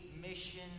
mission